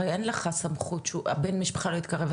אין לך הרי סמכות לקבוע שבן המשפחה לא יתקרב,